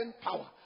power